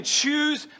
choose